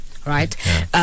right